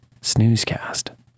snoozecast